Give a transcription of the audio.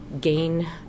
gain